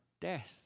death